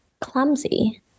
clumsy